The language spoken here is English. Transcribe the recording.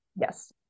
yes